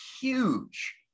huge